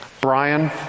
Brian